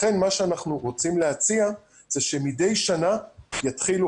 לכן מה שאנחנו רוצים להציע זה שמדי שנה יתחילו,